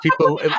people